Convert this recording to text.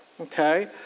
okay